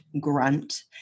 grunt